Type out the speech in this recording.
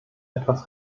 etwas